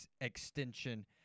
extension